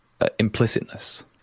implicitness